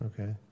Okay